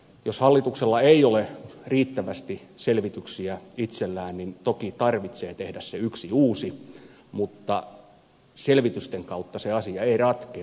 jos hallituksella ei ole riittävästi selvityksiä itsellään niin toki täytyy tehdä se yksi uusi mutta selvitysten kautta se asia ei ratkea